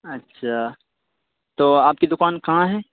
اچھا تو آپ کی دکان کہاں ہے